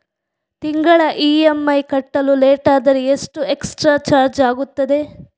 ತಿಂಗಳ ಇ.ಎಂ.ಐ ಕಟ್ಟಲು ಲೇಟಾದರೆ ಎಷ್ಟು ಎಕ್ಸ್ಟ್ರಾ ಚಾರ್ಜ್ ಆಗುತ್ತದೆ?